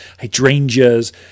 hydrangeas